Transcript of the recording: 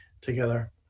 together